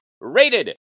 rated